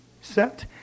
set